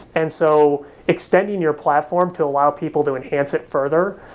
and so extending your platform to allow people to enhance it further,